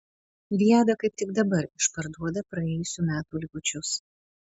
viada kaip tik dabar išparduoda praėjusių metų likučius